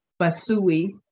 Basui